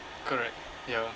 correct ya